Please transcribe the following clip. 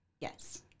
Yes